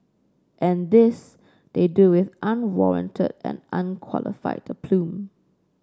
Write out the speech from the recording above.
and this they do with unwarranted and unqualified aplomb